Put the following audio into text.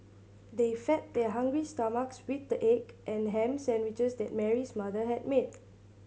they fed their hungry stomachs with the egg and ham sandwiches that Mary's mother had made